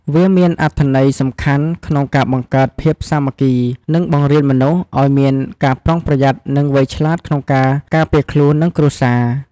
វាមានអត្ថន័យសំខាន់ក្នុងការបង្កើតភាពសាមគ្គី និងបង្រៀនមនុស្សឱ្យមានការប្រុងប្រយ័ត្ន និងវៃឆ្លាតក្នុងការការពារខ្លួន និងគ្រួសារ។